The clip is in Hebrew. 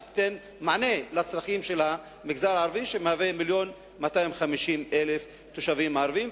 שתיתן מענה לצרכים של המגזר הערבי שהוא מיליון ו-250,000 תושבים ערבים.